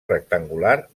rectangular